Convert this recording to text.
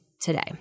today